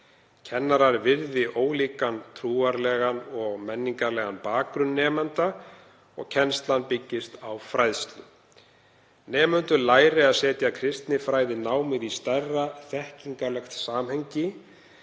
Kennarar virði ólíkan trúarlegan og menningarlegan bakgrunn nemenda og kennslan byggist á fræðslu. Nemendur læri að setja kristinfræðinámið í stærra þekkingarlegt samhengi.